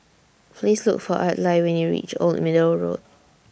Please Look For Adlai when YOU REACH Old Middle Road